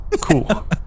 Cool